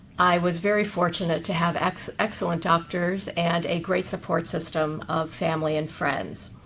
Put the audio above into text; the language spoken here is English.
i was very fortunate to have excellent doctors and a great support system of family and friends.